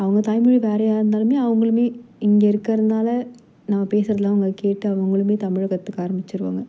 அவங்க தாய்மொழி வேறையாக இருந்தாலுமே அவங்களுமே இங்கே இருக்கிறனால நம்ம பேசுறதெல்லாம் அவங்க கேட்டு அவங்களுமே தமிழ் கற்றுக்க ஆரம்மிச்சிவிடுவாங்க